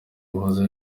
muhoza